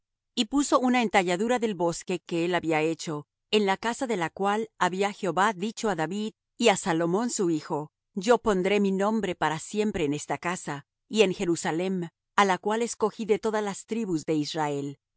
y puso una entalladura del bosque que él había hecho en la casa de la cual había jehová dicho á david y á salomón su hijo yo pondré mi nombre para siempre en esta casa y en jerusalem á la cual escogí de todas las tribus de israel